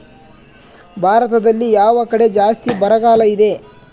ಭಾರತದಲ್ಲಿ ಯಾವ ಕಡೆ ಜಾಸ್ತಿ ಬರಗಾಲ ಇದೆ?